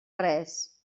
res